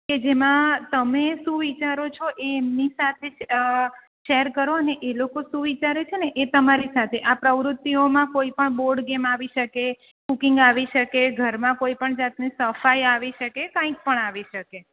કે જેમાં તમે શું વિચારો છો એ એમની સાથે શેર કરોને એ લોકો શું વિચારે છેને એ તમારી સાથે આ પ્રવૃત્તિઓમાં કોઈપણ બોર્ડ ગેમ આવી શકે કૂકિંગ આવી શકે ઘરમાં કોઈ પણ જાતની સફાઇ આવી શકે કાઈક પણ આવી શકે